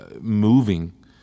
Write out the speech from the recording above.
moving